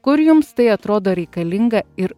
kur jums tai atrodo reikalinga ir